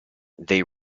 they